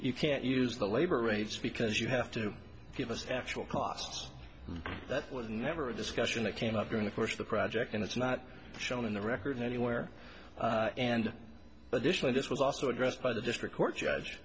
you can't use the labor rates because you have to give us actual cost that was never a discussion that came up during the course of the project and it's not shown in the record anywhere and additionally this was also addressed by the district court judge